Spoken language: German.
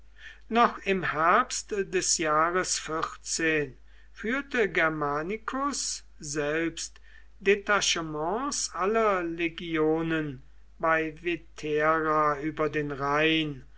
noch im herbst des jahres führte germanicus selbst detachements aller legionen bei vetera über den rhein